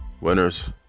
Winners